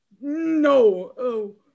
no